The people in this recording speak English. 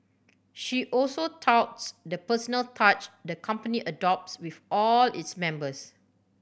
she also touts the personal touch the company adopts with all its members